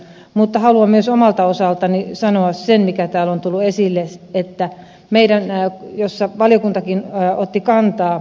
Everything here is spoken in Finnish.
mutta haluan myös omalta osaltani sanoa sen mikä täällä on tullut esille mihin valiokuntakin otti kantaa